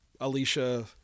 Alicia